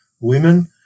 women